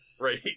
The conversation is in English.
right